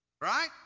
Right